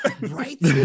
Right